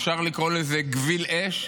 אפשר לקרוא לזה גוויל אש,